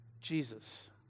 Jesus